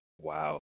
Wow